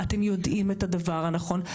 אתם יודעים את הדבר הנכון,